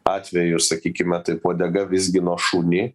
atveju sakykime taip uodega vizgino šunį